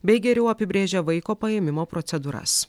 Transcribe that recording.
bei geriau apibrėžia vaiko paėmimo procedūras